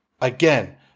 again